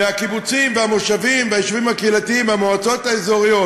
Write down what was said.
מהקיבוצים והמושבים והיישובים הקהילתיים והמועצות האזוריות.